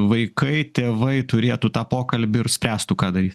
vaikai tėvai turėtų tą pokalbį ir spręstų ką daryt